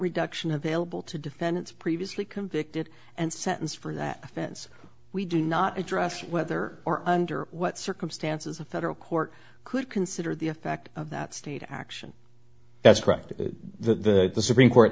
reduction available to defendants previously convicted and sentenced for that offense we do not address whether or under what circumstances a federal court could consider the effect of that state action that's correct the the supreme court